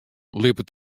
libbet